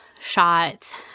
shot